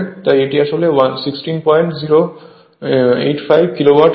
তাই এটি আসলে 16085 কিলোওয়াট হবে